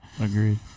Agreed